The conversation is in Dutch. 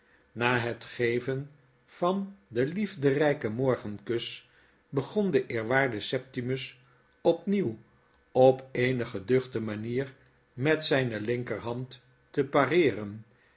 ima het geven van dien liefderijken morgenkus beon de eerwaarde septimus opirieuw op eene geduchte manier met zflne linkerhand te pareeren